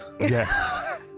Yes